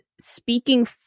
speaking